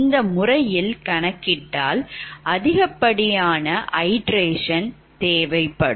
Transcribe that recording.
இந்த முறையில் கணக்கிட்டால் அதிகப்படியான iteration தேவைப்படும்